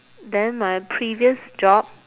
then my previous job